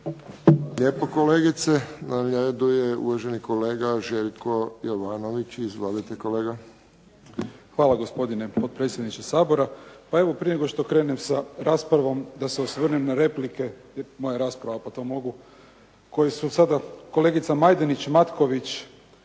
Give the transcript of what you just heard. lijepo kolegice. Na redu je uvaženi kolega Željko Jovanović. Izvolite kolega. **Jovanović, Željko (SDP)** Hvala gospodine potpredsjedniče Sabora. Pa evo prije nego što krenem sa raspravom da se osvrnem na replike, moja je rasprava pa to mogu, koje su sada kolegica Majdenić, Matković